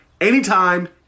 anytime